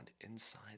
inside